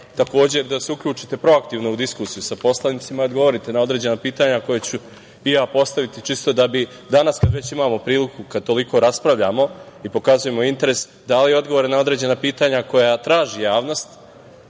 takođe da se uključite proaktivno u diskusiju sa poslanicima i da odgovorite na određena pitanja koja ću i ja postaviti, čisto da bi danas kada već imamo priliku, kada toliko raspravljamo i pokazujemo interes, dali odgovore na određena pitanja koja traži javnost,